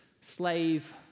slave